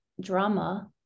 drama